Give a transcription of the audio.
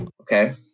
okay